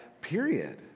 period